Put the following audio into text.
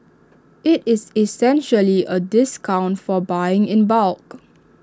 IT is essentially A discount for buying in bulk